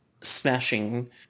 smashing